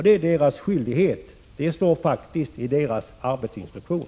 Det är deras skyldighet att göra detta — det står faktiskt i deras arbetsinstruktion.